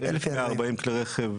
תהיה סובלני,